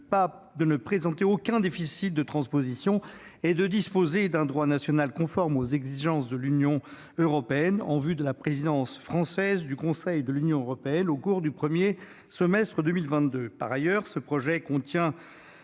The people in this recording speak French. : ne présenter aucun déficit de transposition et disposer d'un droit national conforme aux exigences de l'Union européenne, en vue de la présidence française du Conseil de l'Union européenne au cours du premier semestre 2022. Nous entendons